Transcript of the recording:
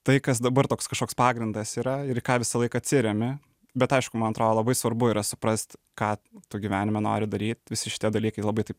tai kas dabar toks kažkoks pagrindas yra ir į ką visąlaik atsiremi bet aišku man atrodo labai svarbu yra suprast ką tu gyvenime nori daryt visi šitie dalykai labai taip